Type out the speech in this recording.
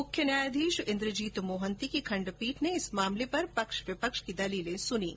मुख्य न्यायाधीश इन्द्रजीत मोहन्ती की खंडपीठ ने इस मामले पर पक्ष विपक्ष की दलीलें सुनीं